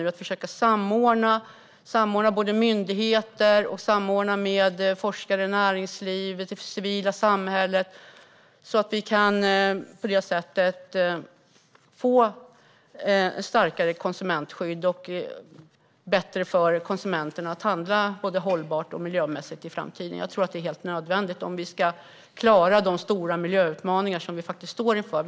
Det handlar om att försöka samordna myndigheter, forskare, näringsliv och det civila samhället så att vi kan få ett starkare konsumentskydd. Det kan bli lättare för konsumenterna att handla både hållbart och miljömässigt i framtiden. Jag tror att det är helt nödvändigt om vi ska klara de stora miljöutmaningar som vi står inför.